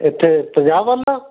ਇੱਥੇ ਪੰਜਾਬ ਵੱਲ